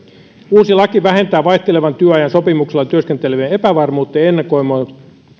uusi laki vähentää vaihtelevan työajan sopimuksella työskentelevien epävarmuutta ja